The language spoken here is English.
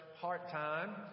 part-time